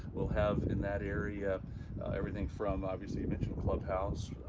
we'll have in that area everything from, obviously you mentioned clubhouse,